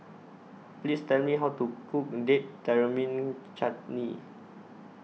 Please Tell Me How to Cook Date Tamarind Chutney